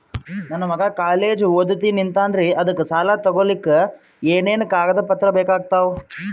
ನನ್ನ ಮಗ ಕಾಲೇಜ್ ಓದತಿನಿಂತಾನ್ರಿ ಅದಕ ಸಾಲಾ ತೊಗೊಲಿಕ ಎನೆನ ಕಾಗದ ಪತ್ರ ಬೇಕಾಗ್ತಾವು?